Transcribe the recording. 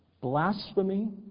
blasphemy